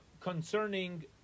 concerning